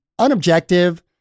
unobjective